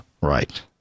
Right